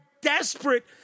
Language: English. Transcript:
desperate